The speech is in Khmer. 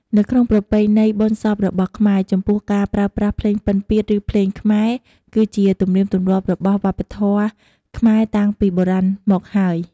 នៅក្នុងប្រពៃណីបុណ្យសពរបស់ខ្មែរ ចំពោះការប្រើប្រាស់ភ្លេងពិណពាទ្យ ឬភ្លេងខ្មែរ គឺជាទំនៀមទម្លាប់របស់វប្បធម៌ខ្មែរតាំងពីបុរាណមកហើយ។